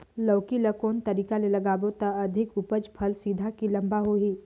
लौकी ल कौन तरीका ले लगाबो त अधिक उपज फल सीधा की लम्बा होही?